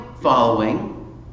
following